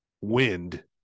wind